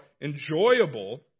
enjoyable